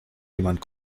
jemand